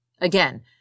Again